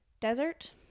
desert